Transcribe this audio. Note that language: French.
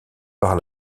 par